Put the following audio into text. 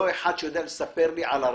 לא אחד שיודע לספר לי על הרכב.